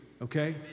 Okay